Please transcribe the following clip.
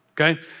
okay